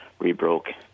rebroke